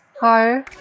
Hi